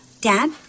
Dad